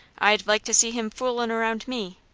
i'd like to see him foolin' around me.